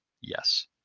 Yes